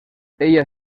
ella